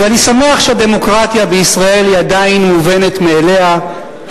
ואני שמח שהדמוקרטיה בישראל היא עדיין מובנת מאליה,